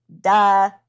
duh